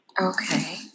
Okay